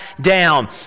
down